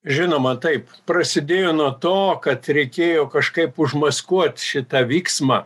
žinoma taip prasidėjo nuo to kad reikėjo kažkaip užmaskuot šitą vyksmą